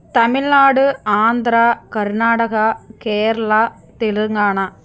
Tamil Nadu Andhra Karnataka Kerala Telangana